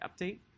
update